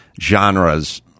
genres